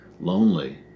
lonely